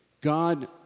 God